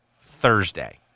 Thursday